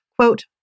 quote